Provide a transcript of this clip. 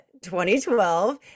2012